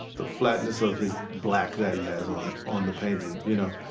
the flatness of his black that he has on on the painting, you know,